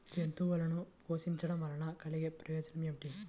జంతువులను పోషించడం వల్ల కలిగే ప్రయోజనం ఏమిటీ?